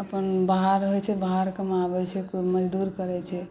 अपन बाहर रहैत छै बाहर कमाबैत छै कोइ मजदूरी करैत छै